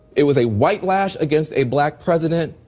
it was a white-lash against a black president,